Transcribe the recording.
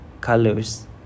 colors